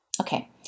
Okay